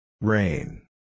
Rain